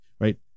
right